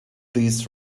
this